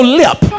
lip